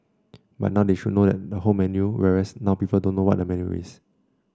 but they should know what the whole menu is whereas now people don't know what the menu is